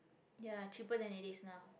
ya cheaper than it is now